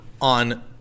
on –